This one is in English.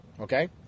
okay